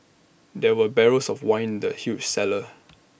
there were barrels of wine in the huge cellar